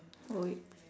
oh wait